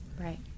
right